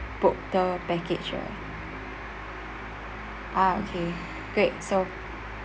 book the package right ah okay great so